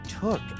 took